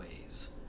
ways